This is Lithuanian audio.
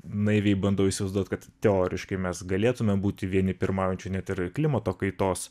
naiviai bandau įsivaizduot kad teoriškai mes galėtumėm būti vieni pirmaujančių net ir klimato kaitos